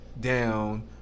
down